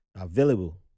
available